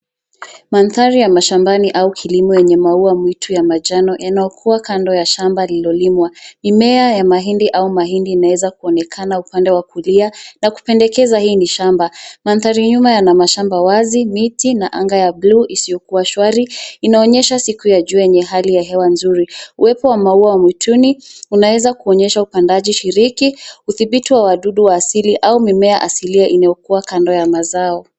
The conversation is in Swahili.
Mandhari ya mashambani au kilimo yenye maua mwitu ya manjano yanayokua kando ya shamba lilolimwa, mimea ya mahindi au mahindi inaweza kuonekana upende wa kulia na kupendekeza hii ni shamba. Mandhari nyuma yana mashamba wazi, miti na anga ya bluu isiyokuwa shwari. Inaonyesha siku ya jua yenye hali ya hewa nzuri, uwepo wa mauwa ya mwituni unaweza kuonyesha upandaji shiriki udhibiti wa wadudu wa asili au mimea asilia inayokua kando ya mazao